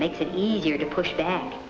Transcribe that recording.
makes it easier to push back